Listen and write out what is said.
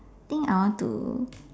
think I want to